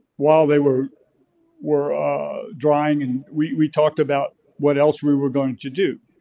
while they were were drying and we we talked about what else we were going to do.